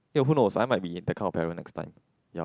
ya who knows I might be that kind of parent next time ya